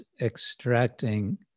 extracting